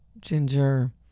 Ginger